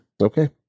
Okay